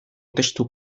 testu